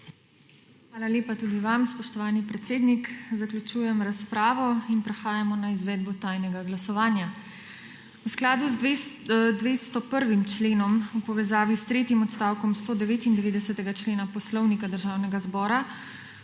Hvala lepa tudi vam, spoštovani predsednik. Zaključujem razpravo in prehajamo na izvedbo tajnega glasovanja. V skladu s 201. členom v povezavi s tretjim odstavkom 99. člena Poslovnika Državnega zbora